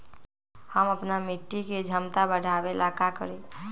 हम अपना मिट्टी के झमता बढ़ाबे ला का करी?